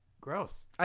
Gross